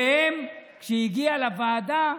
וכשהגיעו לוועדה,